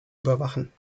überwachen